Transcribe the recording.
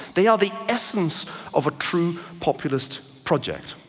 they are the essence of a true populist project.